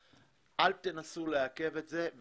תנסו לעכב את זה.